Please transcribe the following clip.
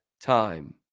time